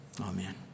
amen